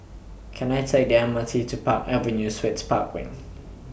Can I Take The M R T to Park Avenue Suites Park Wing